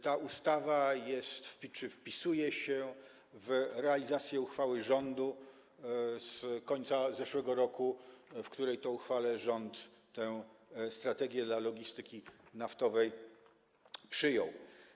Ta ustawa wpisuje się w realizację uchwały rządu z końca zeszłego roku, w której to uchwale rząd tę strategię dla logistyki naftowej przyjął.